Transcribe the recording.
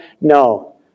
No